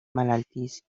malaltís